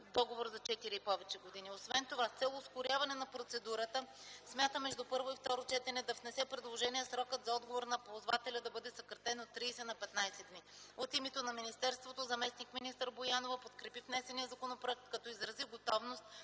договор за четири и повече години. Освен това, с цел ускоряване на процедурата, смята между първо и второ четене да внесе предложение срокът за отговор на ползвателя да бъде съкратен от 30 на 15 дни. От името на министерството, заместник-министър Боянова подкрепи внесения законопроект, като изрази готовност